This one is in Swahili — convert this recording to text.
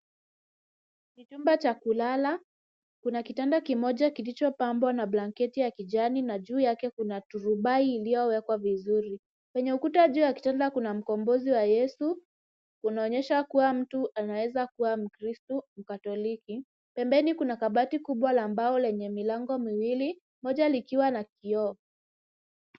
Ni chumba cha kulala. Kuna kitanda kimoja kilichopambwa na blanketi ya kijani na juu yake kuna turubai iliyowekwa vizuri. Penye ukuta juu ya kitanda kuna mkombozi wa Yesu. Inaonyesha kuwa mtu anaweza kuwa mkristo mkatoliki. Pembeni kuna kabati kubwa la mbao lenye milango miwili, moja likiwa na kioo.